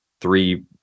three